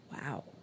Wow